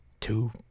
Two